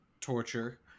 torture